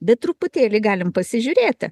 bet truputėlį galim pasižiūrėti